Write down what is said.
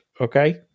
okay